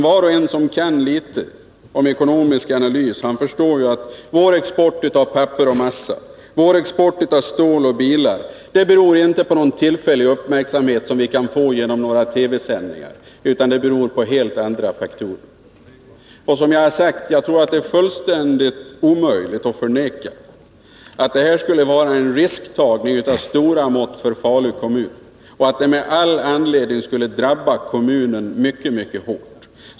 Var och en som vet någonting om ekonomisk analys förstår att vår export av papper och massa, vår export av stål och bilar, inte beror på den tillfälliga uppmärksamhet som vi kan få genom några TV-sändningar, utan den beror på helt andra faktorer. Jag tror som sagt att det är fullständigt omöjligt att förneka att det här är en risktagning av stora mått för Falu kommun, och den skulle med all säkerhet drabba kommunen mycket hårt.